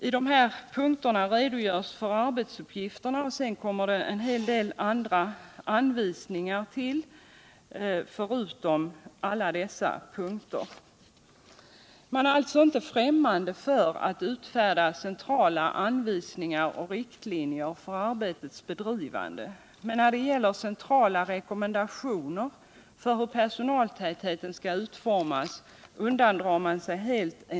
I dessa redogörs för arbetsuppgifterna, och därtill kommer en hel del andra anvisningar. Man är alltså inte främmande för att utfärda centrala anvisningar och riktlinjer för arbetets bedrivande, men när det gäller centrala rekommendationer beträffande personaltätheten undandrar man sig helt 1.